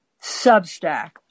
Substack